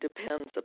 depends